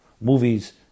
movies